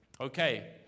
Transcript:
Okay